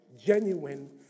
genuine